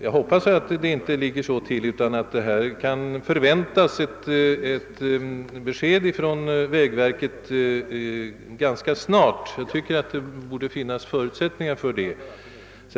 Jag hoppas att det mycket snart kan förväntas ett besked från vägverket. Jag tycker att det borde finnas förutsättningar för det.